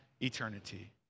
eternity